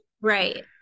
Right